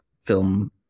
film